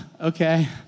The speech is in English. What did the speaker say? okay